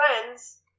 friends